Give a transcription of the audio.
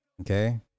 Okay